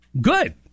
Good